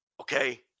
Okay